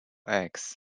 eggs